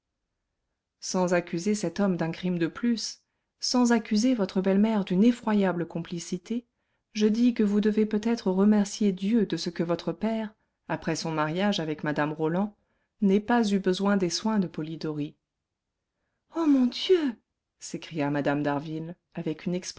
sans accuser cet homme d'un crime de plus sans accuser votre belle-mère d'une effroyable complicité je dis que vous devez peut-être remercier dieu de ce que votre père après son mariage avec mme roland n'ait pas eu besoin des soins de polidori ô mon dieu s'écria mme d'harville avec une